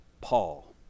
Paul